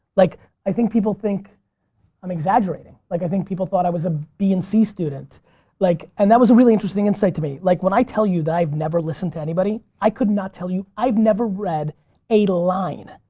like i think people think i'm exaggerating. like i think people thought i was a b and c student like and that was really interesting insight to me. like when i tell you that i've never listen to anybody, i could not tell you, i've never read a line,